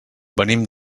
venim